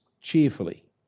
cheerfully